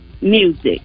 music